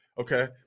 okay